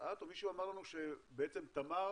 את או מישהו אמר לנו שבעצם תמר